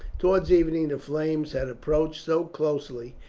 towards evening the flames had approached so closely,